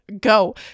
go